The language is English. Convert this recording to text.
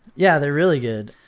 yeah, they're really good.